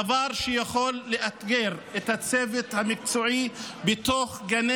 דבר שיכול לאתגר את הצוות המקצועי בתוך גני